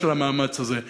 ושל המאמץ הזה,